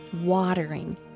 watering